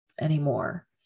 anymore